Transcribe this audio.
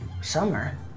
summer